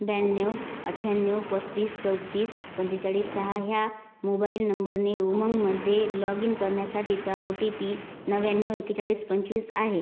ब्याण्णव अठ्याण्णव पस्तीस चौतीस पंचेचाळीस सहा ह्या मोबाइल नंबरने उमंगमध्ये लॉग इन करण्यासाठीचा ओ टी पी नव्याण्णव एक्केचाळीस पंचवीस आहे